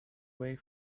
way